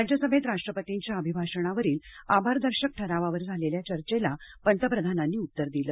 राज्यसभेत राष्ट्रपतींच्या अभिभाषणावरील आभारदर्शक ठरावावर झालेल्या चर्चेला पंतप्रधानांनी उत्तर दिलं